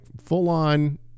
full-on